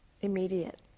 immediate